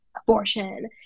abortion